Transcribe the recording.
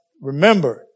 remember